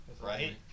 Right